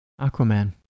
Aquaman